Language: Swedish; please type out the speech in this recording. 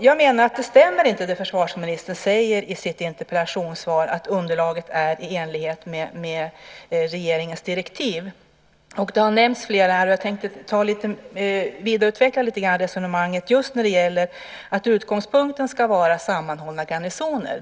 Det som försvarsministern säger i sitt interpellationssvar om att underlaget är i enlighet med regeringens direktiv stämmer inte. Flera har nämnt detta, och jag tänkte vidareutveckla resonemanget lite grann just när det gäller att utgångspunkten ska vara sammanhållna garnisoner.